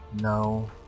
No